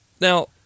Now